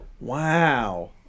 Wow